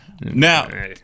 now